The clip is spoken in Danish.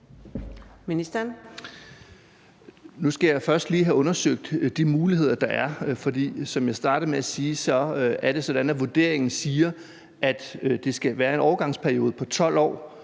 Nu skal jeg først lige have undersøgt de muligheder, der er. For som jeg startede med at sige det, er det sådan, at vurderingen siger, at der skal være en overgangsperiode på 12 år,